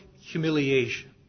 humiliation